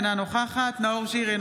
אינה נוכחת נאור שירי,